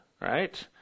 Right